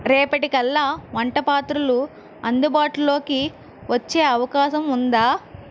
రేపటి కల్లా వంటపాత్రలు అందుబాటులోకి వచ్చే అవకాశం ఉందా